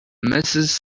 mrs